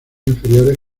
inferiores